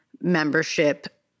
membership